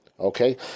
Okay